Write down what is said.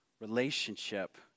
relationship